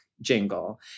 jingle